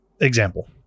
example